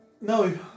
No